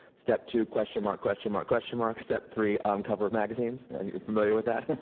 step two, question mark question mark question mark. step three, on cover of magazines. are you familiar with that?